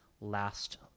last